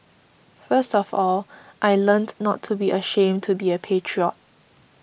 first of all I learnt not to be ashamed to be a patriot